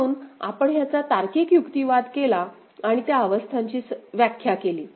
म्हणून आपण ह्याचा तार्किक युक्तिवाद केला आणि त्या अवस्थांची व्याख्या केली